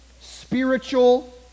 spiritual